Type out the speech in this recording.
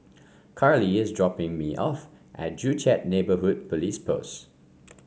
Carly is dropping me off at Joo Chiat Neighbourhood Police Post